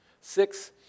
six